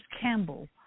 Campbell